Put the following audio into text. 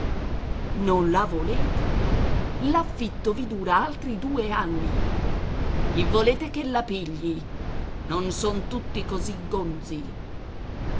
non la volete l'affitto vi dura altri due anni chi volete che la pigli non son tutti così gonzi